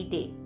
Day